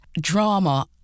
drama